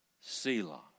Selah